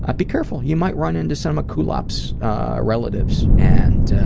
ah be careful. you might run into some kulop's relatives and